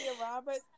Roberts